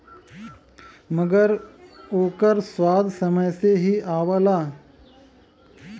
मगर ओकर स्वाद समय से ही आवला